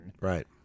Right